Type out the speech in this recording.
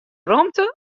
rûmte